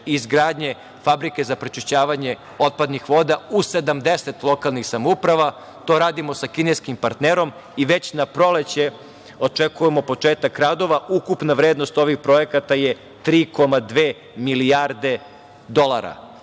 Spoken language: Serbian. i izgradnje fabrike za prečišćavanje otpadnih voda u 70 lokalnih samouprava. To radimo sa kineskim partnerom. Već na proleće očekujemo početak radova. Ukupna vrednost ovih projekata je 3,2 milijarde dolara.